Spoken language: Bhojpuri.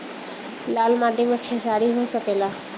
लाल माटी मे खेसारी हो सकेला?